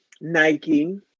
nike